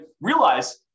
realize